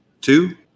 Two